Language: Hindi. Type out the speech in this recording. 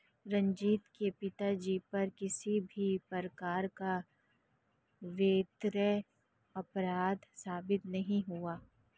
रंजीत के पिताजी पर किसी भी प्रकार का वित्तीय अपराध साबित नहीं हुआ